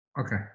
Okay